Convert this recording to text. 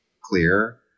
clear